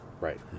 Right